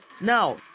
now